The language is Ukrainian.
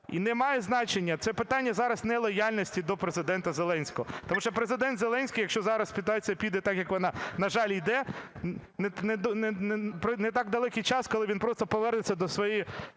І немає значення, це питання зараз не лояльності до Президента Зеленського, тому що Президент Зеленський, якщо зараз ситуація піде так, як вона, на жаль, іде, не так далекий час, коли він просто повернеться до своєї